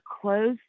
close